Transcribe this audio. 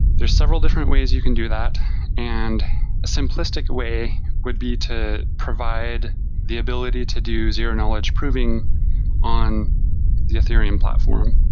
there are several different ways you can do, and a simplistic way would be to provide the ability to do zero-knowledge proving on the ethereum platform,